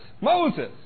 Moses